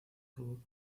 fútbol